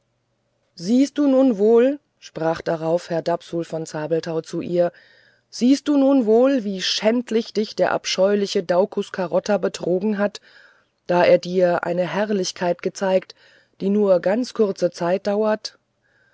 siehst du nun wohl sprach darauf herr dapsul von zabelthau zu ihr siehst du nun wohl wie schändlich dich der abscheuliche daucus carota betrogen hat da er dir eine herrlichkeit zeigte die nur ganz kurze zeit dauert